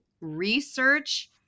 research